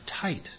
tight